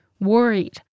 Worried